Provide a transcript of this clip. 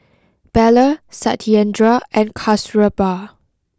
Bellur Satyendra and Kasturba